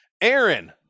Aaron